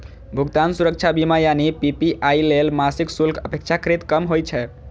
भुगतान सुरक्षा बीमा यानी पी.पी.आई लेल मासिक शुल्क अपेक्षाकृत कम होइ छै